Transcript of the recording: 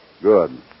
Good